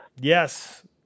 Yes